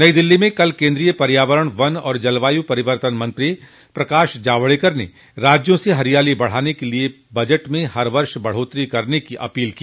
नई दिल्ली में कल केन्द्रीय पर्यावरण वन और जलवायू परिवर्तन मंत्री प्रकाश जावड़ेकर ने राज्यों से हरियाली बढ़ाने के लिए बजट में हर वर्ष बढ़ोत्तरी करने की अपील की